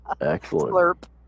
Excellent